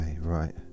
right